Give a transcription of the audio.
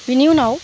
बेनि उनाव